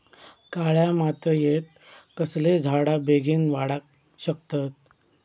काळ्या मातयेत कसले झाडा बेगीन वाडाक शकतत?